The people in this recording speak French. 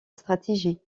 stratégie